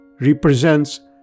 represents